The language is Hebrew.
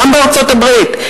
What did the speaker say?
גם בארצות-הברית,